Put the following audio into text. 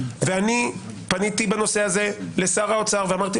ואני פניתי בנושא הזה לשר האוצר ואמרתי,